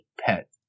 Pet